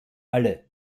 alle